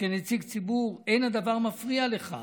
"וכנציג ציבור אין הדבר מפריע לך?"